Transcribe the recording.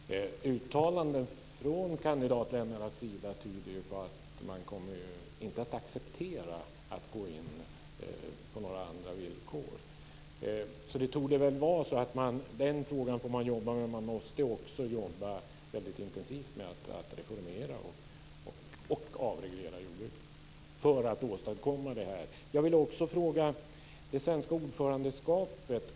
Fru talman! Uttalanden från kandidatländernas sida tyder på att man inte kommer att acceptera att komma med på andra villkor. Det torde vara så att man måste jobba med den frågan, och man måste också jobba intensivt med att reformera och avreglera jordbruket.